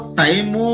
time